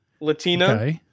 Latina